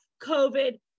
COVID